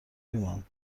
ایمان